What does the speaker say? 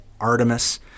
Artemis